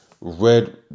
Red